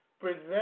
Present